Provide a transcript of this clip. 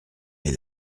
mes